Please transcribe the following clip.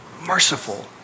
Merciful